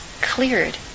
cleared